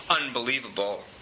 unbelievable